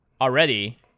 already